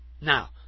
Now